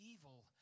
evil